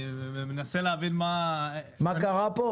מנסה להבין מה קרה פה.